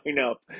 up